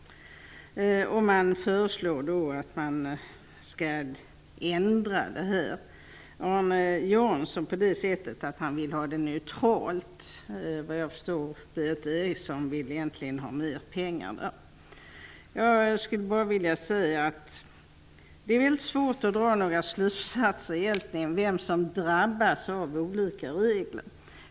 Partierna föreslår att detta skall ändras. Arne Jansson vill göra systemet neutralt. Berith Eriksson vill såvitt jag förstår egentligen ha mer pengar. Jag skulle bara vilja säga att det är väldigt svårt att dra några slutsatser om vem som egentligen drabbas av olika regler.